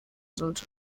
sollte